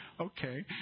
okay